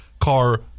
car